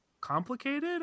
complicated